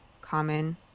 common